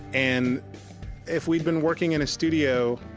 and if we'd been working in a studio,